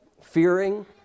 fearing